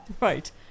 Right